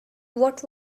what